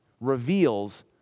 reveals